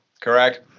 Correct